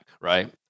right